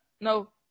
no